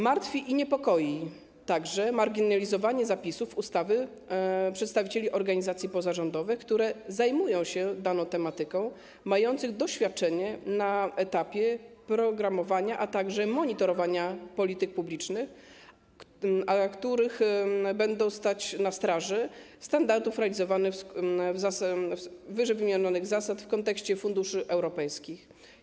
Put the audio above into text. Martwi i niepokoi także marginalizowanie zapisów ustawy dotyczących przedstawicieli organizacji pozarządowych, które zajmują się daną tematyką, mających doświadczenie na etapie programowania, a także monitorowania polityk publicznych, które będą stać na straży standardów i realizowanych ww. zasad w kontekście funduszy europejskich.